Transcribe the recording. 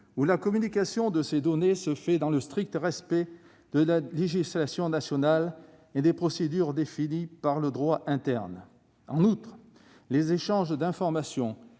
où la communication de ces données aura lieu dans le strict respect de la législation nationale et des procédures définies par le droit interne. En outre, les échanges d'informations